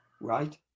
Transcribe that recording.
Right